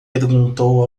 perguntou